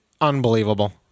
unbelievable